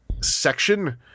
section